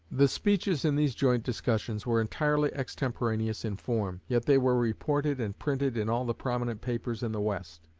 the speeches in these joint discussions were entirely extemporaneous in form, yet they were reported and printed in all the prominent papers in the west,